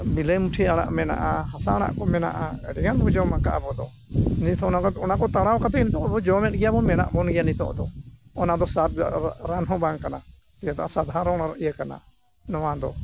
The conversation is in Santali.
ᱱᱤᱞᱟᱹᱢᱴᱷᱤ ᱟᱲᱟᱜ ᱢᱮᱱᱟᱜᱼᱟ ᱦᱟᱥᱟ ᱟᱲᱟᱜ ᱠᱚ ᱢᱮᱱᱟᱜᱼᱟ ᱟᱹᱰᱤ ᱜᱟᱱ ᱵᱚᱱ ᱡᱚᱢ ᱟᱠᱟᱫᱟ ᱟᱵᱚ ᱫᱚ ᱱᱤᱛ ᱦᱚᱸ ᱚᱱᱟ ᱠᱚ ᱚᱱᱟ ᱠᱚ ᱛᱟᱲᱟᱣ ᱠᱟᱛᱮᱫ ᱱᱤᱛᱳᱜ ᱦᱚᱸᱵᱚ ᱡᱚᱢᱮᱫ ᱜᱮᱭᱟ ᱵᱚᱱ ᱢᱮᱱᱟᱜ ᱵᱚᱱ ᱜᱮᱭᱟ ᱱᱤᱛᱳᱜ ᱫᱚ ᱚᱱᱟᱫᱚ ᱥᱟᱨ ᱨᱮᱭᱟᱜ ᱨᱟᱱ ᱦᱚᱸ ᱵᱟᱝ ᱠᱟᱱᱟ ᱱᱚᱣᱟ ᱫᱚ ᱥᱟᱫᱷᱟᱨᱚᱱ ᱤᱭᱟᱹ ᱠᱟᱱᱟ ᱱᱚᱣᱟᱫᱚ